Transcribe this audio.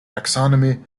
taxonomy